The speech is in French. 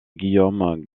guillaume